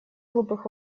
глупых